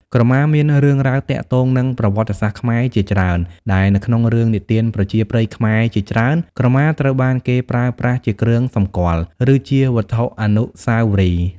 ក្រមាមានរឿងរ៉ាវទាក់ទងនឹងប្រវត្តិសាស្ត្រខ្មែរជាច្រើន ដែលនៅក្នុងរឿងនិទានប្រជាប្រិយខ្មែរជាច្រើន ក្រមាត្រូវបានគេប្រើប្រាស់ជាគ្រឿងសម្គាល់ ឬជាវត្ថុអនុស្សាវរីយ៍។